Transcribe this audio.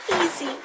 Easy